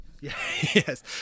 Yes